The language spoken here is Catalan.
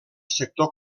sector